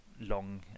long